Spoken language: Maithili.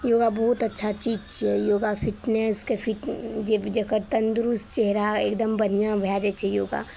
योगा बहुत अच्छा चीज छिए योगा फिटनेसके फिट जे जकर तन्दुरुस्त चेहरा एगदम बढ़िआँ भए जाए छै योगा